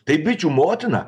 tai bičių motina